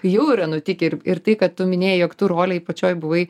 jau yra nutikę ir ir tai kad tu minėjai jog tu rolėj pačioj buvai